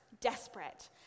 Desperate